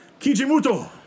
Kijimuto